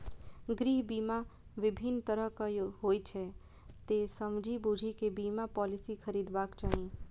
गृह बीमा विभिन्न तरहक होइ छै, तें समझि बूझि कें बीमा पॉलिसी खरीदबाक चाही